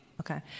Okay